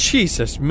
Jesus